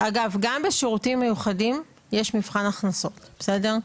גם בשירותים מיוחדים יש מבחן הכנסות, בסדר?